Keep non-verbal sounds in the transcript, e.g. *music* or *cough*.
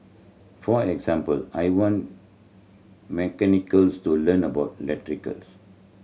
for example I want mechanical *unintelligible* to learn about electrical *unintelligible*